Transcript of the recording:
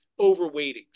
overweightings